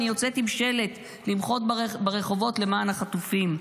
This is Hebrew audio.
אני יוצאת עם שלט למחות ברחובות למען החטופים.